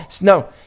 no